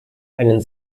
einen